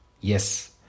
Yes